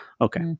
Okay